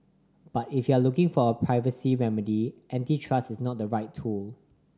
but if you're looking for a privacy remedy antitrust is not the right tool